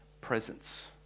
presence